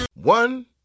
One